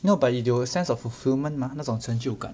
no but will 有 sense of fulfilment mah 那种成就感